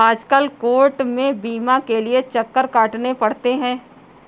आजकल कोर्ट में बीमा के लिये चक्कर काटने पड़ते हैं